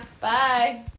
Bye